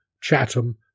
Chatham